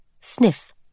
Sniff